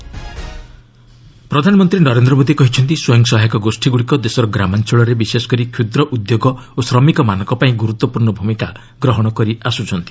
PM SHG ପ୍ରଧାନମନ୍ତ୍ରୀ ନରେନ୍ଦ୍ର ମୋଦି କହିଛନ୍ତି ସ୍ୱୟଂସହାୟକ ଗୋଷ୍ଠୀଗୁଡ଼ିକ ଦେଶର ଗ୍ରାମାଞ୍ଚଳରେ ବିଶେଷ କରି କ୍ଷୁଦ୍ର ଉଦ୍ୟୋଗ ଓ ଶ୍ରମିକମାନଙ୍କ ପାଇଁ ଗୁରୁତ୍ୱପୂର୍ଣ୍ଣ ଭୂମିକା ଗ୍ରହଣ କରି ଆସୁଛନ୍ତି